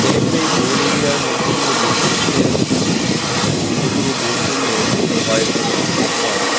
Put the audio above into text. খেলে খেলে এই গোল এরিয়ার মধ্যে দিয়ে গোলপোস্টে ভিতর দিয়ে গোল করলে হয় এক পয়েন্ট